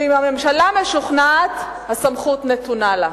ואם הממשלה משוכנעת, הסמכות נתונה לה.